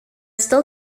still